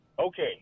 Okay